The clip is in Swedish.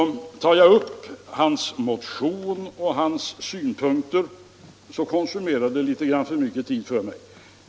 Tar jag upp hans motion och hans synpunkter nu så konsumerar det litet för mycket tid för mig.